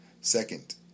Second